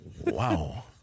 wow